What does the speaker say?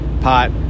pot